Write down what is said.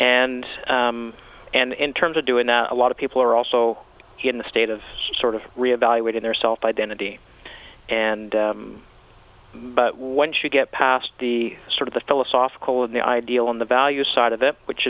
and and in terms of doing now a lot of people are also in the state of sort of reevaluating their self identity and but once you get past the sort of the philosophical and the ideal on the value side of it which